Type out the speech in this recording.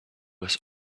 was